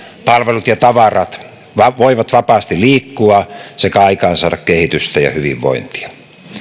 palvelut ja tavarat voivat vapaasti liikkua sekä aikaansaada kehitystä ja hyvinvointia